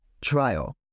trial